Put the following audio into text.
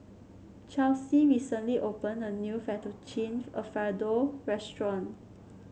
Chelsy recently opened a new Fettuccine Alfredo Restaurant